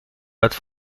uit